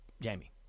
Jamie